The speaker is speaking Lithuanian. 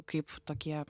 kaip tokie